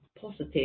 positive